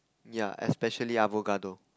yeah especially avocado